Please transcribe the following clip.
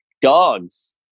dogs